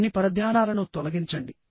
అన్ని పరధ్యానాలను తొలగించండి